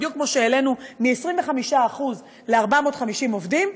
בדיוק כמו שהעלינו מ-25% ל-450 עובדים,